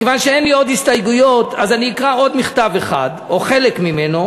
מכיוון שאין לי עוד הסתייגויות אני אקרא עוד מכתב אחד או חלק ממנו,